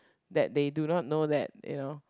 that they do not know that you know